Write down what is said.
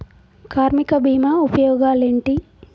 కార్మిక బీమా ఉపయోగాలేంటి?